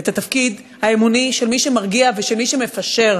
התפקיד האמוני של מי שמרגיע ושל מי שמפשר,